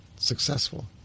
successful